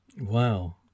Wow